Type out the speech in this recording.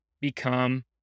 become